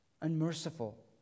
Unmerciful